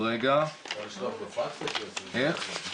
צילום בפקס אפשר לשלוח?